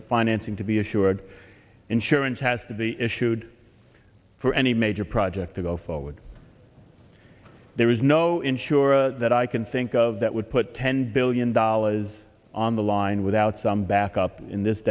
financing to be assured insurance has to be issued for any major project to go forward there is no insurer that i can think of that would put ten billion dollars on the line without some backup in this